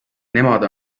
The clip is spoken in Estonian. nemad